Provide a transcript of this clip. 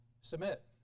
submit